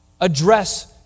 address